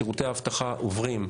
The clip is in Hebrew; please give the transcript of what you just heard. שירותי האבטחה עוברים,